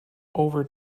over